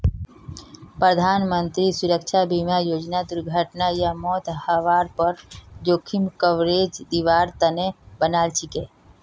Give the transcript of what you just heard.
प्रधानमंत्री सुरक्षा बीमा योजनाक दुर्घटना या मौत हवार पर जोखिम कवरेज दिवार तने बनाल छीले